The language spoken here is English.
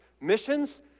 Missions